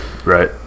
Right